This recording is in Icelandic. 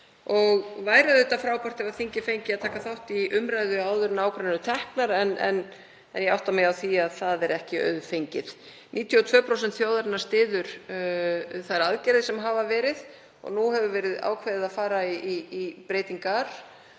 og væri auðvitað frábært ef þingið fengi að taka þátt í umræðu áður en ákvarðanir eru teknar. En ég átta mig á því að það er ekki auðfengið. 92% þjóðarinnar styður þær aðgerðir sem hafa verið og nú hefur verið ákveðið að fara í breytingar.